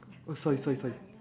oh sorry sorry sorry